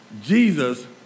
Jesus